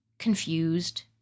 confused